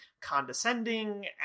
condescending